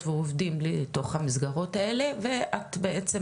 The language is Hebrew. ועובדים לתוך המסגרות האלה ואת בעצם,